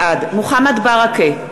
בעד מוחמד ברכה,